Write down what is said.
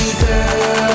girl